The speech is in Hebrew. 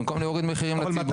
במקום להוריד מחירים לציבור.